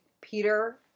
Peter